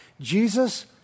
Jesus